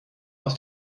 aus